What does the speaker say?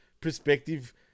perspective